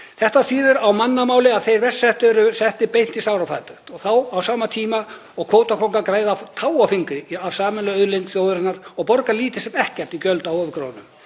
Þetta þýðir á mannamáli að þeir verst settu eru settir beint í sárafátækt og þá á sama tíma og kvótakóngar græða á tá og fingri á sameiginlegri auðlind þjóðarinnar og borga lítið sem ekkert í gjöld af ofurgróðanum.